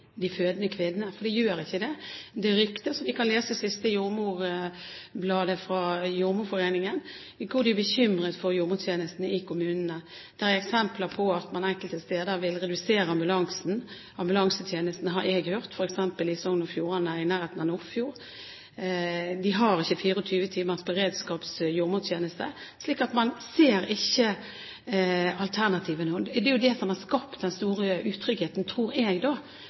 de fødende kvinnene? Det gjør ikke det. Det ryktes, som vi kan lese om i det siste bladet fra Jordmorforeningen, at de er bekymret for jordmortjenestene i kommunene. Det er eksempler på at man enkelte steder vil redusere ambulansetjenesten – det har jeg hørt – f.eks. i Sogn og Fjordane i nærheten av Nordfjord. De har ikke 24 timers beredskapsjordmortjeneste. Man ser ikke alternativene. Det som har skapt den store utryggheten for fødende kvinner, tror jeg